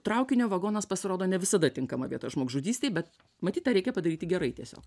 traukinio vagonas pasirodo ne visada tinkama vieta žmogžudystei bet matyt tą reikia padaryti gerai tiesiog